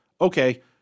Okay